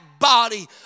body